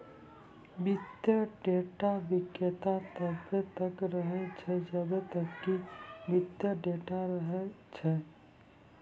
वित्तीय डेटा विक्रेता तब्बे तक रहै छै जब्बे तक कि वित्तीय डेटा रहै छै